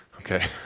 Okay